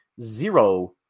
zero